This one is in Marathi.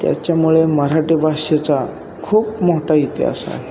त्याच्यामुळे मराठी भाषेचा खूप मोठा इतिहास आहे